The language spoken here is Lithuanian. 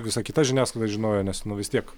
visa kita žiniasklaida žinojo nes vis tiek